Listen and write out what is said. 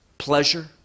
pleasure